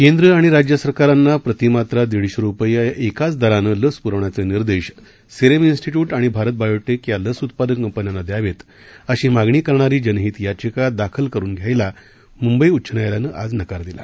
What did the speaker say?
केंद्र आणि राज्यसरकारांना प्रति मात्रा दीडशे रुपये या एकाच दरानं लस प्रवण्याचे निर्देश सेरम इन्स्टीट्यूट आणि भारत बायोटेक या लस उत्पादक कंपन्यांना दयावेत अशी मागणी करणारी जनहित याचिका दाखल करुन घ्यायला आज मुंबई उच्च न्यायालयानं नकार दिला